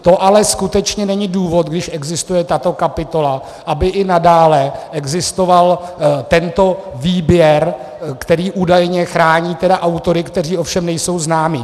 To ale skutečně není důvod, když existuje tato kapitola, aby i nadále existoval tento výběr, který údajně chrání autory, kteří ovšem nejsou známi.